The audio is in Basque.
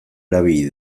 erabili